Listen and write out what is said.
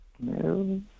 No